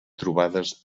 trobades